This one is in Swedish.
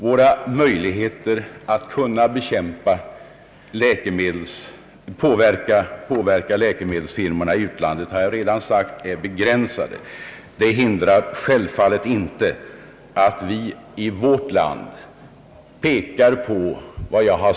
Våra möjligheter att påverka dessa firmor i utlandet, det har jag redan sagt, är begränsade. Det hindrar självfallet inte att vi i vårt land pekar på ansvarsfrågan här.